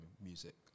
music